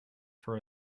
for